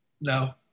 no